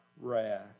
wrath